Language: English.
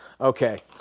Okay